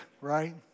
right